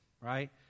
Right